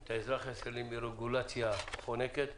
את האזרח הישראלי, מרגולציה חונקת.